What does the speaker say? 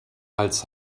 als